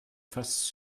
fasse